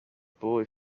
boy